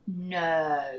No